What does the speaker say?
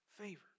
favor